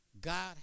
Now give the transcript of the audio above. God